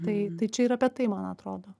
tai tai čia ir apie tai man atrodo